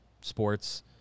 sports